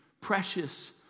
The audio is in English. precious